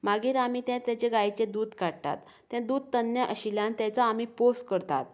मागीर आमी ते तेचे गायेचे दूद काडटात तें दूद तन्ने आशिल्यान ताचो आमी पोस करतात